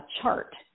chart